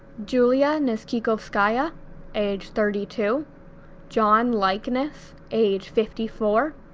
yulia nezhikhovskaya age thirty two john likeness age fifty four,